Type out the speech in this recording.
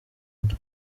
nda